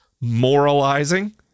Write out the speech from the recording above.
Moralizing